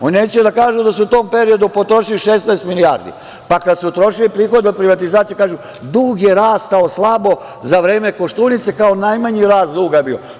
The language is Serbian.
Oni neće da kažu da su u tom periodu potrošili 16 milijardi, pa kad su utrošili prihode o privatizaciji kažu – dug je rastao slabo za vreme Koštunice, najmanji rast duga bio.